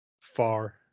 far